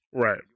Right